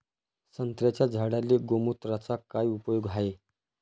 संत्र्याच्या झाडांले गोमूत्राचा काय उपयोग हाये?